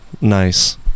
nice